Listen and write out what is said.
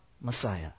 Messiah